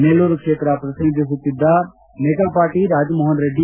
ನೆಲ್ಲೂರು ಕ್ಷೇತ್ರ ಪ್ರತಿನಿಧಿಸುತ್ತಿದ್ದ ಮೇಕಪಾಟಿ ರಾಜಮೋಹನ್ ರೆಡ್ಡಿ